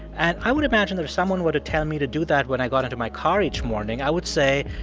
and i would imagine that if someone were to tell me to do that when i got into my car each morning, i would say,